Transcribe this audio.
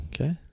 okay